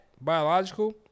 biological